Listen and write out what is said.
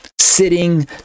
Sitting